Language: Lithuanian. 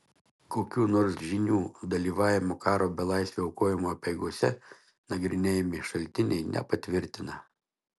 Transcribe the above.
kokių nors žynių dalyvavimo karo belaisvio aukojimo apeigose nagrinėjami šaltiniai nepatvirtina